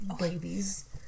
babies